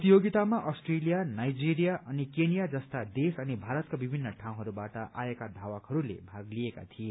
प्रतियोगितामा Australia Nigeria अनि Kenya जस्ता देश अनि भारतका विभिन्न ठाउँहरूबाट आएका धावकहरूले भाग लिएका थिए